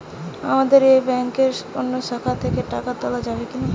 আপনাদের এই ব্যাংকের অন্য শাখা থেকে টাকা তোলা যাবে কি না?